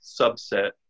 subset